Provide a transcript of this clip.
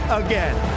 again